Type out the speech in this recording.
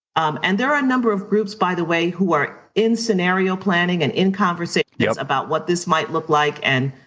um and there are a number of groups by the way, who are in scenario planning and in conversations yeah about what this might look like. and,